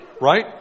Right